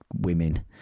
women